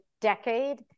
decade